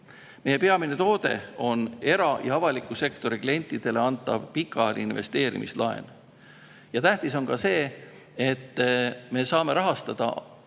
Meie peamine toode on era‑ ja avaliku sektori klientidele antav pikaajaline investeerimislaen. Tähtis on ka see, et me saame reeglina